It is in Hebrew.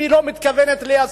אם היא לא מתכוונת ליישם,